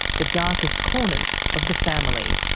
the darkest corners of the family.